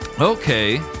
Okay